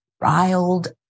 riled